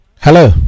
hello